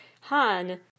Han